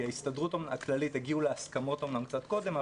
כי ההסתדרות הכללית הגיעו להסכמות אומנם קצת קודם,